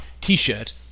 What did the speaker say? T-shirt